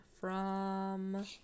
From-